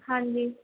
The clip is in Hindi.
हाँ जी